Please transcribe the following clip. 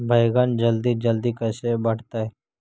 बैगन जल्दी जल्दी कैसे बढ़तै?